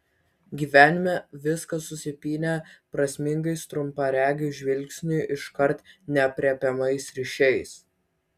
gyvenime viskas susipynę prasmingais trumparegiui žvilgsniui iškart neaprėpiamais ryšiais